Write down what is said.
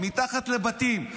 מתחת לבתים.